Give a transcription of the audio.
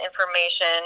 information